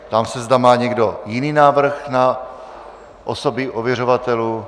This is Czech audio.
Ptám se, zda má někdo jiný návrh na osoby ověřovatelů.